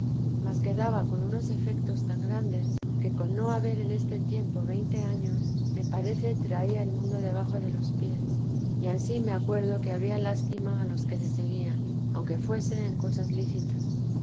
ave-maría mas quedaba con unos efectos tan grandes que con no haber en este tiempo veinte años me parece traía el mundo debajo de los pies y ansí me acuerdo que había lástima a los que le seguían aunque fuese en cosas lícitas